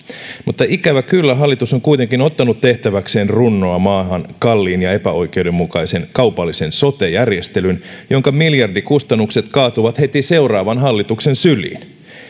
mutta ikävä kyllä hallitus on kuitenkin ottanut tehtäväkseen runnoa maahan kalliin ja epäoikeudenmukaisen kaupallisen sote järjestelyn jonka miljardikustannukset kaatuvat heti seuraavan hallituksen syliin